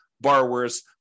borrowers